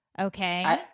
Okay